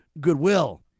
goodwill